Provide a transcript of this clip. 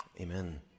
amen